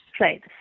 Right